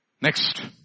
Next